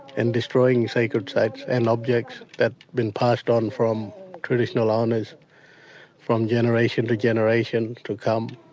and destroying sacred sites and objects that been passed on from traditional owners from generation to generation to come.